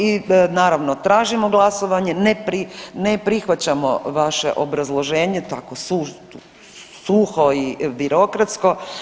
I naravno tražimo glasovanje ne prihvaćamo vaše obrazloženje tako suho i birokratsko.